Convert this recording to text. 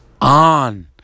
on